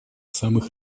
самых